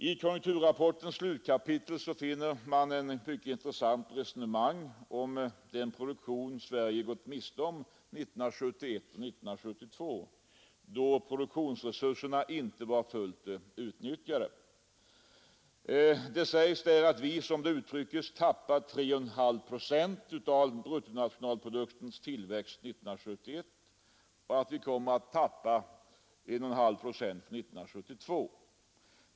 I konjunkturrapportens slutkapitel för man sedan ett mycket intressant resonemang om den produktion som Sverige har gått miste om 1971 och 1972, då produktionsresurserna inte var fullt utnyttjade. Där sägs det att vi, som man uttrycker det, har tappat 3,5 procent av bruttonationalproduktens tillväxt 1971 och att vi kommer att tappa 1,5 procent under 1972.